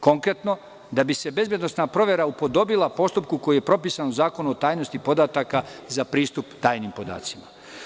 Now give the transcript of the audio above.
Konkretno, da bi se bezbednosna provera upodobila postupku koji je propisan u Zakonu o tajnosti podataka za pristup tajnim podacima.